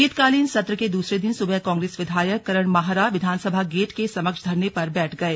शीतकालीन सत्र के दूसरे दिन सुबह कांग्रेस विधायक करण माहरा विधानसभा गेट के समक्ष धरने पर बैठ गए